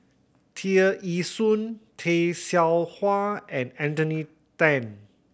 Tear Ee Soon Tay Seow Huah and Anthony Then